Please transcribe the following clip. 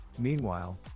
Meanwhile